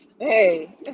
Hey